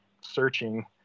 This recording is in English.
searching